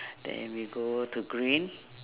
then we go to green